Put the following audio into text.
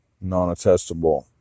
non-attestable